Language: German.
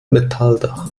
metalldach